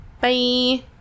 Bye